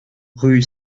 rue